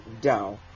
down